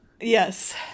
Yes